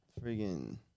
friggin